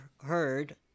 heard